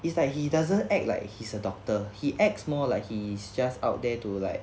it's like he doesn't act like he's a doctor he acts more like he's just out there to like